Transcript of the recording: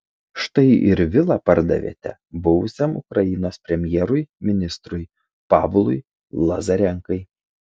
štai ir vilą pardavėte buvusiam ukrainos premjerui ministrui pavlui lazarenkai